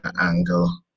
angle